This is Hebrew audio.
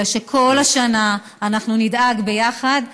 אלא כל השנה נדאג ביחד,